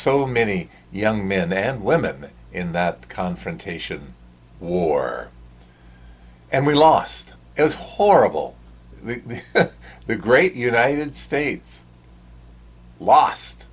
so many young men and women in that confrontation war and we lost it was horrible the great united states lost